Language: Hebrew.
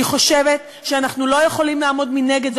אני חושבת שאנחנו לא יכולים לעמוד מנגד.